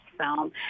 film